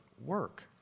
work